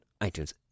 iTunes